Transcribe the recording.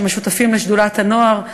שהם שותפים לשדולת הנוער,